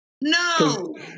No